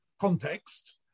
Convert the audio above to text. context